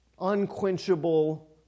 unquenchable